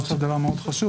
נאמר גם דבר מאוד חשוב,